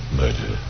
murder